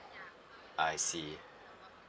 I see